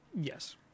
Yes